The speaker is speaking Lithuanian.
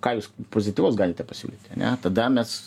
ką jūs pozityvaus galite pasiūlyti ane tada mes